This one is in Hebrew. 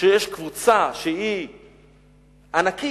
כשיש קבוצה שהיא ענקית,